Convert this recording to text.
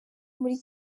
muri